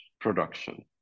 production